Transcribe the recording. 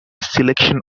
selection